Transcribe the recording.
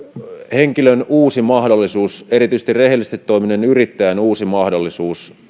henkilön uusi mahdollisuus erityisesti rehellisesti toimineen yrittäjän uusi mahdollisuus